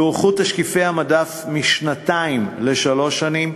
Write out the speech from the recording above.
יוארכו תשקיפי המדף משנתיים לשלוש שנים,